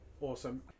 Awesome